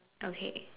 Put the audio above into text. okay